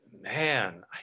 man